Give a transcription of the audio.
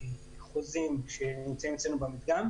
חוזים שנמצאים אצלנו במדגם.